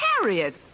Harriet